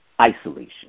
isolation